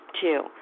Two